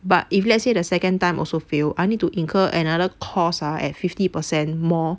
but if let's say the second time also fail I need to incur another cost ah at fifty percent more